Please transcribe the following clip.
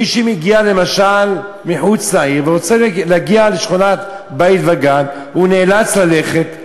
מי שמגיע למשל מחוץ לעיר ורוצה להגיע לשכונת בית-וגן נאלץ ללכת,